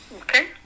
Okay